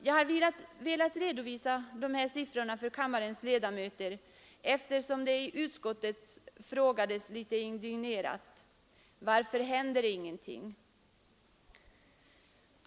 Jag har velat redovisa de här siffrorna för kammarens ledamöter, eftersom det i utskottet frågades, litet indignerat: Varför händer det ingenting?